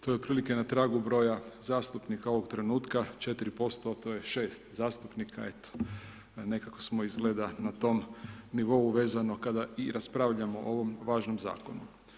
To je otprilike na tragu broja zastupnika ovog trenutka, 4% to je 6 zastupnika, eto nekako smo izgleda na tom nivou vezano kada i raspravljamo o ovom važnom zakonu.